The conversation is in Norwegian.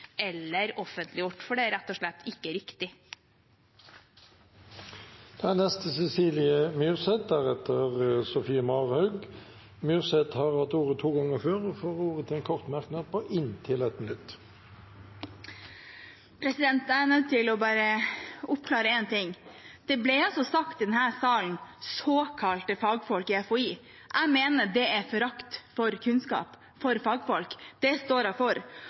eller offentliggjort, for det er rett og slett ikke riktig. Representanten Cecilie Myrseth har hatt ordet to ganger tidligere og får ordet til en kort merknad, begrenset til 1 minutt. Jeg er bare nødt til å oppklare én ting. Det ble altså sagt i denne salen: «såkalte fagfolk» i FHI. Jeg mener det er forakt for kunnskap, for fagfolk. Det står jeg for.